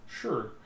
Sure